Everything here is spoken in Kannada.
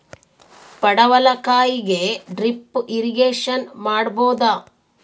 ಪಡವಲಕಾಯಿಗೆ ಡ್ರಿಪ್ ಇರಿಗೇಶನ್ ಮಾಡಬೋದ?